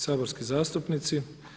saborski zastupnici.